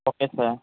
okay sir